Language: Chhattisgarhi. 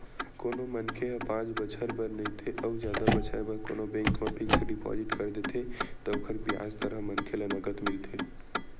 कोनो मनखे ह पाँच बछर बर नइते अउ जादा बछर बर कोनो बेंक म फिक्स डिपोजिट कर देथे त ओकर बियाज दर ह मनखे ल नँगत मिलथे